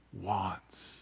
wants